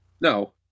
No